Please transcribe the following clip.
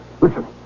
Listen